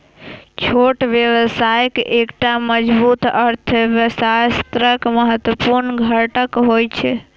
छोट व्यवसाय एकटा मजबूत अर्थव्यवस्थाक महत्वपूर्ण घटक होइ छै